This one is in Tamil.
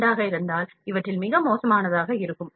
2 ஆக இருந்தால் இவற்றில் மிக மோசமானதாக இருக்கும்